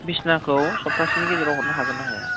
बिसिनाखौ सप्तासेनि गेजेराव हरनो हागोन ना हाया